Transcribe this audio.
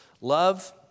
Love